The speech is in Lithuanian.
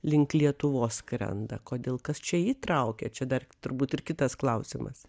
link lietuvos skrenda kodėl kas čia jį traukia čia dar turbūt ir kitas klausimas